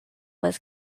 was